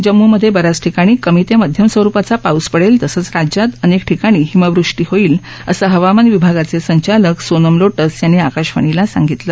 जम्मूमधे ब याच ठिकाणी कमी ते मध्यम स्वरुपाचा पाऊस पडेल तसंच राज्यात अनेक ठिकाणी हिमवृष्टी होईल असं हवामान विभागाचे संचालक सोनम लोटस यांनी आकाशवाणीला सांगितलं